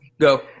Go